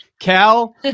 Cal